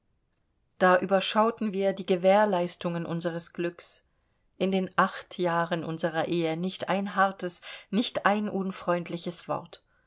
da überschauten wir die gewährleistungen unseres glücks in den acht jahren unserer ehe nicht ein hartes nicht ein unfreundliches wort